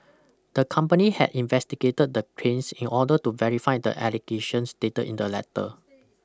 the company had investigated the claims in order to verify the allegations stated in the letter